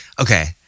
okay